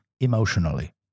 emotionally